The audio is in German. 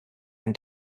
ein